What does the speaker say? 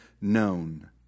known